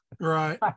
Right